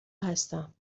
هستم